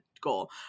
goal